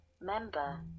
member